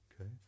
okay